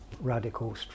Radical